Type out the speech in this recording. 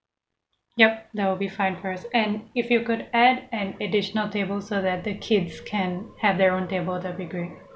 yup that will be fine first and if you could add an additional table so that the kids can have their own table that'll be great